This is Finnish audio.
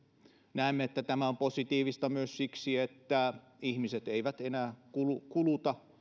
näemme että tämä on positiivista myös siksi että ihmiset eivät enää kuluta kuluta